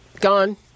Gone